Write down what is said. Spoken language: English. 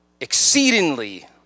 exceedingly